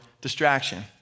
distraction